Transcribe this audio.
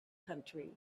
country